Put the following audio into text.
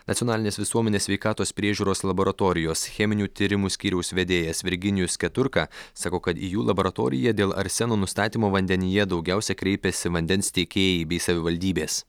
nacionalinės visuomenės sveikatos priežiūros laboratorijos cheminių tyrimų skyriaus vedėjas virginijus keturka sako kad į jų laboratoriją dėl arseno nustatymo vandenyje daugiausia kreipėsi vandens tiekėjai bei savivaldybės